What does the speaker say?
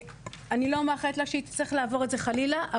אני לא מאחלת לה שהיא תצטרך לעבור את זה חלילה,